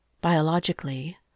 biologically